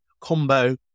combo